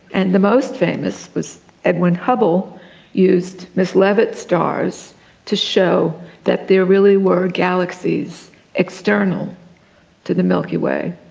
and the most famous was edwin hubble used miss leavitt's stars to show that there really were galaxies external to the milky way.